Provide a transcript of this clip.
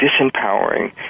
disempowering